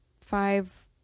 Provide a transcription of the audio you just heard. five